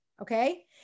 Okay